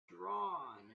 drawn